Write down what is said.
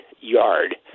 yard